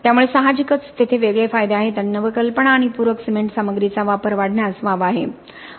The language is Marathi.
त्यामुळे साहजिकच तेथे वेगळे फायदे आहेत आणि नवकल्पना आणि पूरक सिमेंट सामग्रीचा वापर वाढण्यास वाव आहे